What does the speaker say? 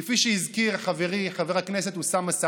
כפי שהזכיר חברי חבר הכנסת אוסאמה סעדי,